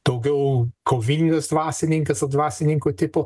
daugiau kovingas dvasininkas ar dvasininko tipo